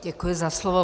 Děkuji za slovo.